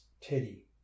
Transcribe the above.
Teddy